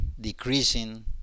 decreasing